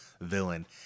villain